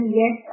yes